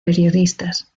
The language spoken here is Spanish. periodistas